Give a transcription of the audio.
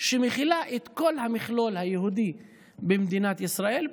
שמכילה את כל המכלול היהודי במדינת ישראל,